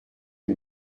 les